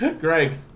Greg